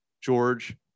George